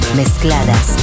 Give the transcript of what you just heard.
mezcladas